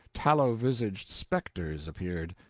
tallow-visaged specters appeared,